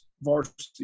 varsity